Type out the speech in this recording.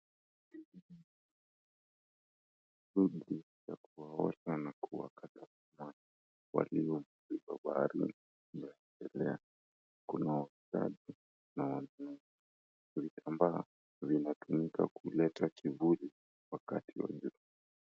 Wachuuzi wa kuwaosha na kuwakata samaki waliovukwa baharini . Kuna wauzaji na wanunuzi. Kuna vitambaa vinatumika kuleta kivuli wakati wa jua.